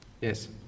Yes